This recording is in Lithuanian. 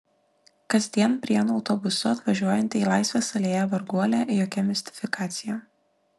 kasdien prienų autobusu atvažiuojanti į laisvės alėją varguolė jokia mistifikacija